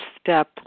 step